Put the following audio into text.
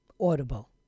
audible